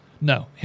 No